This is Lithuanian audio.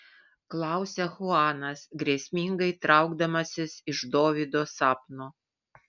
klausia chuanas grėsmingai traukdamasis iš dovydo sapno